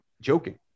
joking